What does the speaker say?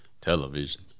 Television